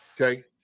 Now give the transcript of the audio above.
Okay